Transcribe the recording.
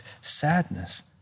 sadness